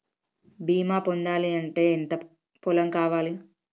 బీమా పొందాలి అంటే ఎంత పొలం కావాలి?